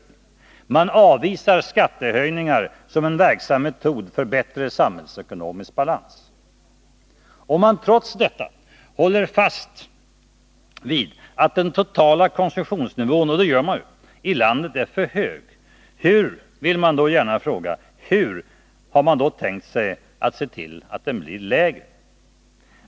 Man avvisar skattehöjningar som en verksam metod för bättre samhällsekonomisk balans. Om man trots detta håller fast vid — och det gör man ju — att den totala konsumtionsnivån i landet är för hög, hur, vill jag gärna fråga, har man då tänkt se till att den blir lägre?